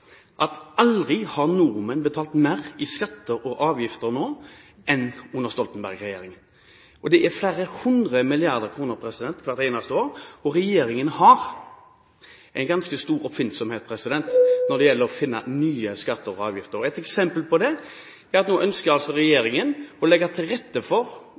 at aldri har nordmenn betalt mer i skatter og avgifter enn nå under Stoltenberg-regjeringen. Det er flere hundre milliarder kroner hvert eneste år. Regjeringen har ganske stor oppfinnsomhet når det gjelder å finne nye skatter og avgifter. Et eksempel på det er at regjeringen, ved takseringsreglene som regjeringen nå innfører for å øke likningsverdien og dermed eiendomsskatten, den statlige delen av eiendomsskatten, ønsker